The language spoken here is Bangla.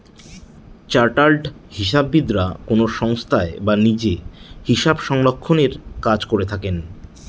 চার্টার্ড হিসাববিদরা কোনো সংস্থায় বা নিজে হিসাবরক্ষনের কাজ করে থাকেন